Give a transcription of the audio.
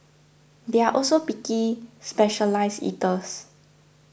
they are also picky specialised eaters